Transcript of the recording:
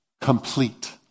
Complete